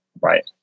right